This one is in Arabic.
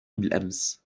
بالأمس